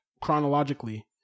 chronologically